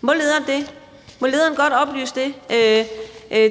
Må lederen godt oplyse det